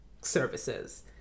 services